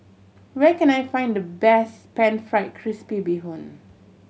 where can I find the best Pan Fried Crispy Bee Hoon